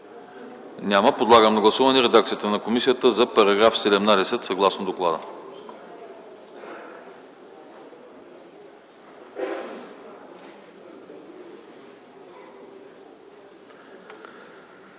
Няма. Подлагам на гласуване редакцията на комисията за § 17, съгласно доклада.